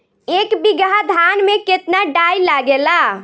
एक बीगहा धान में केतना डाई लागेला?